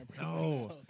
No